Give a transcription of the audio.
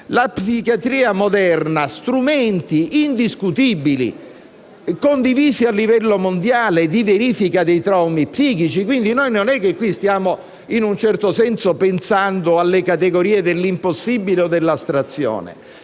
la psichiatria moderna ha strumenti indiscutibili, condivisi a livello mondiale, di verifica dei traumi psichici. Non è che, in questo caso, stiamo pensando alle categorie dell'impossibile o dell'astrazione.